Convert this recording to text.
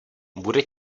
bude